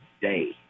day